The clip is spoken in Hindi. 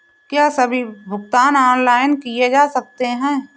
क्या सभी भुगतान ऑनलाइन किए जा सकते हैं?